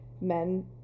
men